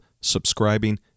subscribing